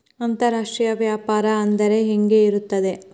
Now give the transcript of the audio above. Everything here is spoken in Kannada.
ಅಂತರಾಷ್ಟ್ರೇಯ ವ್ಯಾಪಾರ ಅಂದರೆ ಹೆಂಗೆ ಇರುತ್ತದೆ?